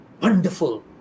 wonderful